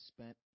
spent